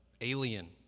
alien